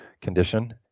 condition